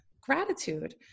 gratitude